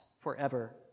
forever